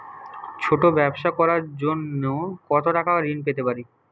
ছোট ব্যাবসা করার জন্য কতো টাকা ঋন পেতে পারি?